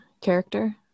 character